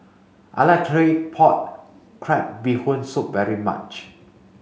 I like Claypot crab bee Hoon soup very much